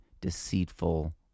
deceitful